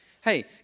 Hey